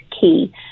key